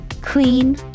Clean